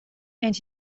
and